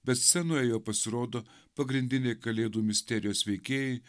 bet scenoje jo pasirodo pagrindiniai kalėdų misterijos veikėjai